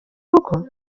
rugo